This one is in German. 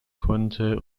konnte